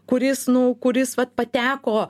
kuris nu kuris vat pateko